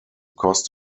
cost